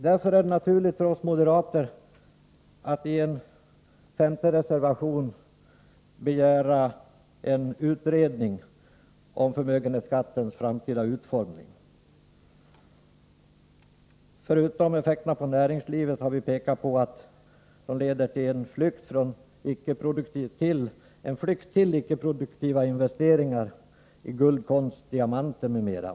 Därför är det naturligt för oss moderater att, som skett i en femte reservation, begära en utredning om förmögenhetsskattens framtida utformning. Förutom de effekter som den får på näringslivet har vi pekat på att den leder till en flykt till icke-produktiva investeringar i guld, konst, diamanter m.m.